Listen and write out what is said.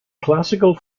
classical